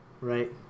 Right